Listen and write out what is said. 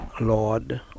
Lord